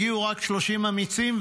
הגיעו רק 30 אמיצים,